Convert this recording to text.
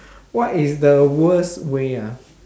what is the worst way ah